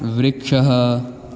वृक्षः